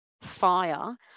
fire